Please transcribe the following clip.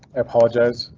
apologize,